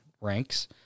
ranks